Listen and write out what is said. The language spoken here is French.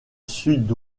sud